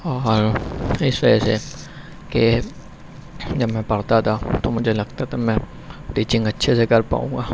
اور اس وجہ سے کہ جب میں پڑھتا تھا مجھے لگتا تھا کہ میں ٹیچنگ اچھے سے کر پاؤں گا